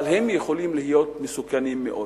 אבל הם יכולים להיות מסוכנים מאוד.